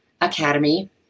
Academy